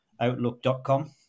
outlook.com